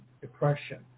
depression